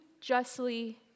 justly